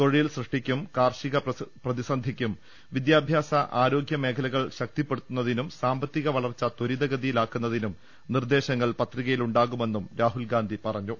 തൊഴിൽ സൃഷ്ടിക്കും കാർഷിക പ്രതിസന്ധിക്കും വിദ്യാഭ്യാസ ആരോഗ്യ മേഖലകൾ ശക്തിപ്പെടുത്തുന്നതിനും സാമ്പത്തിക വളർച്ച ത്വരിത ഗതിയിലാക്കുന്നതിനും നിർദേശങ്ങൾ പത്രികയിൽ ഉണ്ടാകുമെന്നും രാഹുൽ ഗാന്ധി പറഞ്ഞു